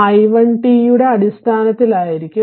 അതിനാൽ it t യുടെ അടിസ്ഥാനത്തിലായിരിക്കും